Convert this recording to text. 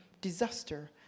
disaster